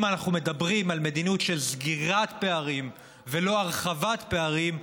אם אנחנו מדברים על מדיניות של סגירת פערים ולא הרחבת פערים,